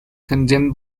condemned